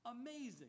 Amazing